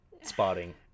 spotting